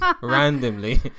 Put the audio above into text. randomly